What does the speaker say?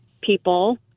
people